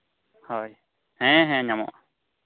ᱦᱳᱭ ᱦᱮᱸ ᱦᱮᱸ ᱧᱟᱢᱚᱜᱼᱟ